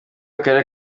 akarere